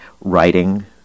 writing